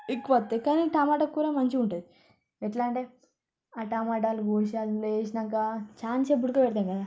ఎక్కువస్తాయి కానీ టమోటా కూర మంచిగుంటుంది ఎట్లా అంటే ఆ టోమోటాలు కోసి అందులో వేసినాక చాలాసేపు ఉడకబెడతాం కదా